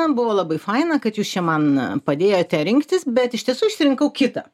buvo labai faina kad jūs čia man padėjote rinktis bet iš tiesų išsirinkau kitą